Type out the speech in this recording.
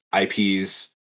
IPs